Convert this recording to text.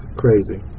crazy